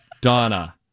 Donna